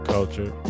Culture